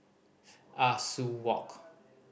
Ah Soo Walk